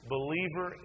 Believer